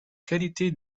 qualité